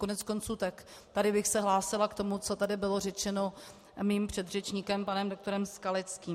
Koneckonců tady bych se hlásila k tomu, co tady bylo řečeno mým předřečníkem panem doktorem Skalickým.